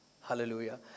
Hallelujah